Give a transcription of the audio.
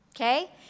okay